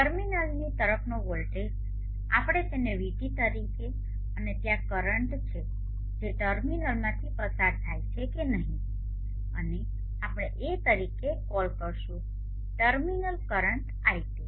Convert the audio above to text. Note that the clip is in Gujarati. ટર્મિનલ્સની તરફનો વોલ્ટેજ આપણે તેને vT તરીકે અને ત્યાં કરંટ છે જે ટર્મિનલમાંથી પસાર થાય છે કે નહીં અને આપણે એ તરીકે ક કોલ કરીશું ટર્મિનલ કરંટ iT